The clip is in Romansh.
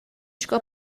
sco